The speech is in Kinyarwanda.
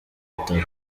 bitaro